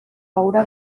haurà